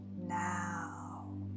now